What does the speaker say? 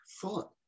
thought